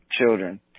children